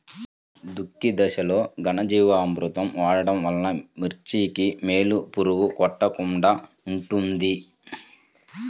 దుక్కి దశలో ఘనజీవామృతం వాడటం వలన మిర్చికి వేలు పురుగు కొట్టకుండా ఉంటుంది?